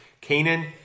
Canaan